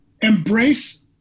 embrace